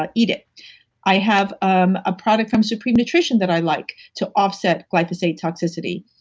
but eat it i have um a product from supreme nutrition that i like to offset glyphosate toxicity.